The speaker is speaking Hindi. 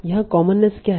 यहाँ कॉमननेस क्या है